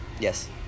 Yes